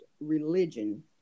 religion